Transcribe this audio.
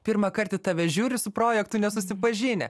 pirmąkart į tave žiūri su projektu nesusipažinę